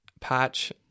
Patch